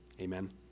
Amen